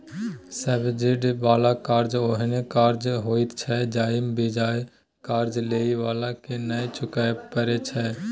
subsidy बला कर्जा ओहेन कर्जा होइत छै जइमे बियाज कर्जा लेइ बला के नै चुकाबे परे छै